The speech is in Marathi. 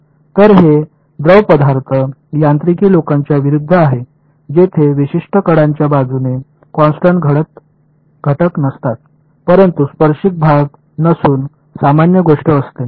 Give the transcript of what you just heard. तर हे द्रवपदार्थ यांत्रिकी लोकांच्या विरुध्द आहे जेथे विशिष्ट कडाच्या बाजूने कॉन्स्टन्ट घटक नसतात परंतु स्पर्शिक भाग नसून सामान्य गोष्ट असते